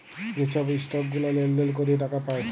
যে ছব ইসটক গুলা লেলদেল ক্যরে টাকা পায়